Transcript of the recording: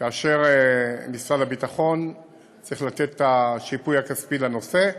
ומשרד הביטחון צריך לתת את השיפוי הכספי לנושא,